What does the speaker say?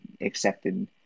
accepted